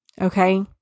Okay